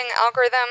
algorithm